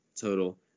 total